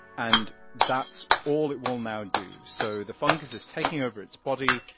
and that's all it will now do. so the fungus is taking over its body,